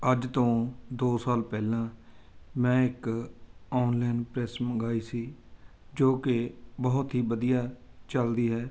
ਅੱਜ ਤੋਂ ਦੋ ਸਾਲ ਪਹਿਲਾਂ ਮੈਂ ਇੱਕ ਔਨਲਾਈਨ ਪ੍ਰੈੱਸ ਮੰਗਵਾਈ ਸੀ ਜੋ ਕਿ ਬਹੁਤ ਹੀ ਵਧੀਆ ਚੱਲਦੀ ਹੈ